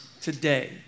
today